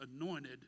anointed